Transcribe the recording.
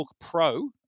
Pro